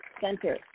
Center